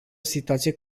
situație